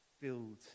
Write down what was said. filled